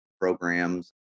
Programs